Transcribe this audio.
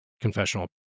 confessional